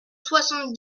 soixante